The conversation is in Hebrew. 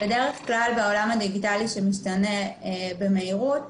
בדרך כלל בעולם הדיגיטלי שמשתנה במהירות,